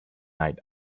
night